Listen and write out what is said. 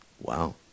Wow